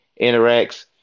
interacts